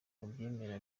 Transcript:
babyemera